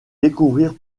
découvrir